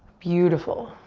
beautiful.